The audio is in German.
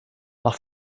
nach